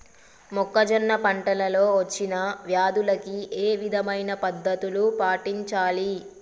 మొక్కజొన్న పంట లో వచ్చిన వ్యాధులకి ఏ విధమైన పద్ధతులు పాటించాలి?